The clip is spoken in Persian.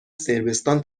صربستان